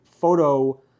photo